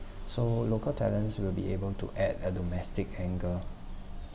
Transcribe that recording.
so local talents will be able to add a domestic angle